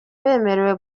bemerewe